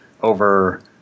over